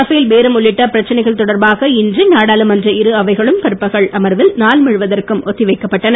Rafale பேரம் உள்ளிட்ட பிரச்சனைகள் தொடர்பாக இன்று நாடாளுமன்ற இரு அவைகளும் பிற்பகல் அமர்வில் நாள் முழுவதற்கும் ஒத்தி வைக்கப்பட்டன